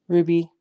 Ruby